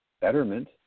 betterment